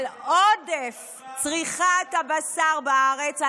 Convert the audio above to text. על עודף צריכת הבשר בארץ.